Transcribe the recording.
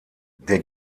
der